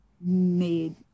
made